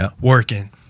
working